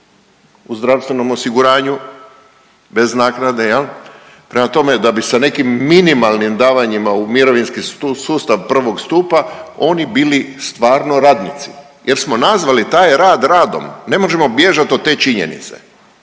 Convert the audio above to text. u zdravstvenom osiguranju bez naknade jel, prema tome da bi sa nekim minimalnim davanjima u mirovinski sustav prvog stupa oni bili stvarno radnici jer smo nazvali taj rad radom, ne možemo bježat od te činjenice,